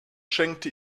schenkte